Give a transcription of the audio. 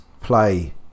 play